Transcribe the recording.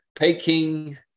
Peking